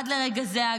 עד לרגע זה,